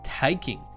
taking